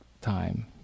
time